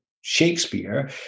Shakespeare